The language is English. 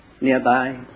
nearby